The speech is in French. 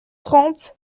trente